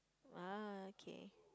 uh K